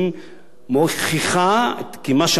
מוכיחה כי מה שאמרתי לפני